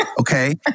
okay